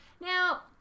Now